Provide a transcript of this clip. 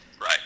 Right